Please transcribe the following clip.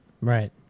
right